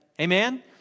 Amen